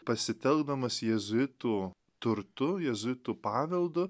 pasitelkdamas jėzuitų turtu jėzuitų paveldu